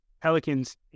Pelicans